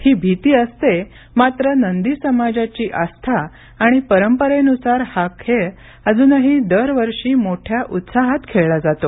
हि भीती असते मात्र नंदी समाजाची आस्था आणि परंपरेनुसार हा खेळ अजूनही दरवर्षी मोठ्या उत्साहात खेळला जातो